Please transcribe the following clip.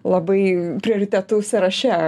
labai prioritetų sąraše